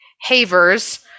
havers